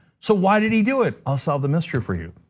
so why did he do it? i'll solve the mystery for you.